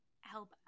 help